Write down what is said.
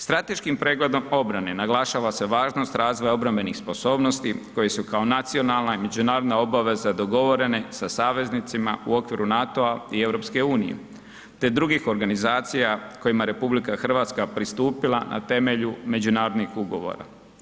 Strateškim pregledom obrane naglašava se važnost razvoja obrambenih sposobnosti koje su kao nacionalna i međunarodna obveza dogovorene sa saveznicima u okviru NATO-a i EU, te drugih organizacija kojima je RH pristupila na temelju međunarodnih ugovora.